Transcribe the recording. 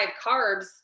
carbs